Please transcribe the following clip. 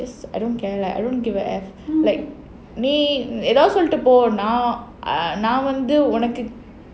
err just I don't care like I don't give a F like நீ ஏதாவது சொல்லிட்டு போ நான் உனக்கு வந்து:nee edhavadhu sollitu po naan unakku vandhu